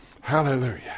Hallelujah